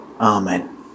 Amen